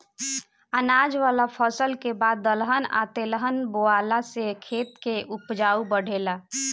अनाज वाला फसल के बाद दलहन आ तेलहन बोआला से खेत के ऊपज बढ़ेला